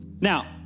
now